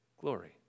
glory